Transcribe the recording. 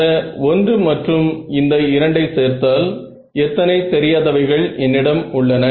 இந்த 1 மற்றும் இந்த 2 ஐ சேர்த்தால் எத்தனை தெரியாதவைகள் என்னிடம் உள்ளன